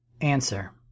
Answer